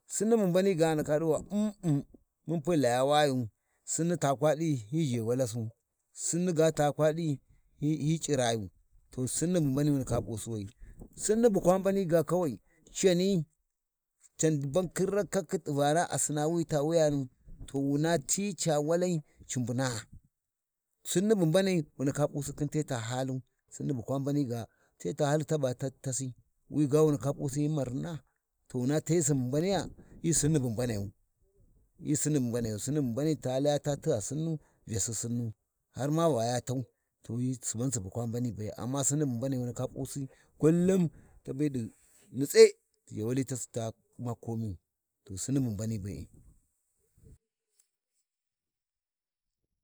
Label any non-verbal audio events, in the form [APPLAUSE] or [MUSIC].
﻿sinni bu mbani ga a ndaka d’un ba un-un munpu ghi laya wayu, Sinni ta kwa ɗi, hyi ʒhe Waladu, Sinni ta kwad’i, hyi C’irayu, to sinni bu mbani wu ndaka p’usi we, Sinni bu kwa mbani kawai, cani can ban khin rakachi tivana, a Sinnaa wi ta Wuyanu to wuna ti ci ca walai mbunaa, Sinni bu mbanai wu ndaka p’usu khin te ta canu, Sinni bu kwa mbani ga, te ta halli taba tasi. Wiga wundaka p’usi hyi marinna, to wuna te hyi Subu mbanigha, hyi Sinni bu mbanayu, hyi Sinni bu mbanayu, Sinni bu mbani ta lay ta tigha Sinnu Vyasi Sinnu, harma va ya tau, suban subu kwa mbani be-e, amma Sinni bu mbanai wu ndaka p’usi kullum tabe ɗi nitse, ʒhewali tasi ta U’mma komiyu, to sinni bu mbani be’e. [NOISE]